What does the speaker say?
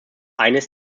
eines